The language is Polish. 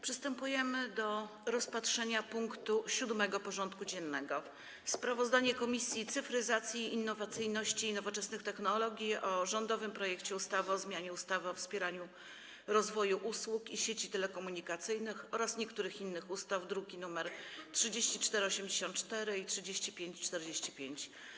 Przystępujemy do rozpatrzenia punktu 7. porządku dziennego: Sprawozdanie Komisji Cyfryzacji, Innowacyjności i Nowoczesnych Technologii o rządowym projekcie ustawy o zmianie ustawy o wspieraniu rozwoju usług i sieci telekomunikacyjnych oraz niektórych innych ustaw (druki nr 3484 i 3545)